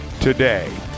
today